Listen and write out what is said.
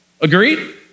Agreed